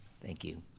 thank you.